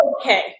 Okay